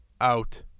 out